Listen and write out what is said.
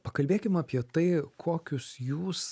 pakalbėkim apie tai kokius jūs